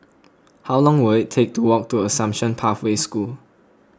how long will take to walk to Assumption Pathway School